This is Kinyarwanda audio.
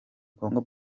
congo